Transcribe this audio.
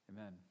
Amen